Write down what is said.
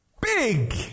big